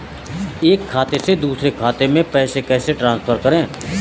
एक खाते से दूसरे खाते में पैसे कैसे ट्रांसफर करें?